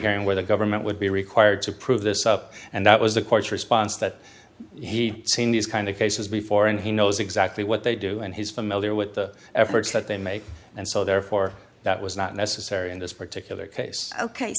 hearing where the government would be required to prove this up and that was the court's response that he seen these kind of cases before and he knows exactly what they do and he's familiar with the efforts that they make and so therefore that was not necessary in this particular case ok